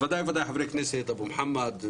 ודאי-וודאי חברי כנסת אבו מוחמד,